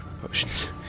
potions